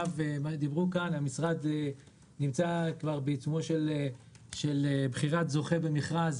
המשרד נמצא כבר בעיצומה של בחירת זוכה במכרז